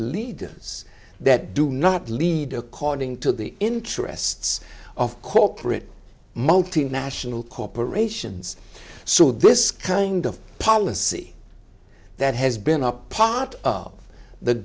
leaders that do not lead according to the interests of corporate multinational corporations so this kind of policy that has been a part of the